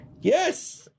Yes